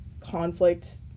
conflict